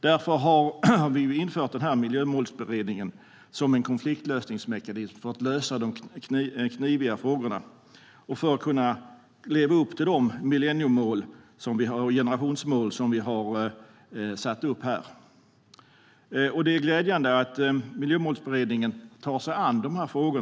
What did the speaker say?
Därför har vi tillsatt Miljömålsberedningen som en konfliktlösningsmekanism för att lösa de kniviga frågorna och för att kunna leva upp till de millenniemål och generationsmål vi har satt upp. Det är glädjande att Miljömålsberedningen tar sig an dessa frågor.